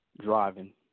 driving